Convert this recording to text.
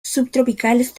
subtropicales